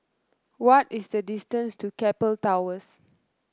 what is the distance to Keppel Towers